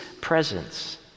presence